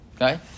Okay